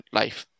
life